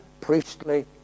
priestly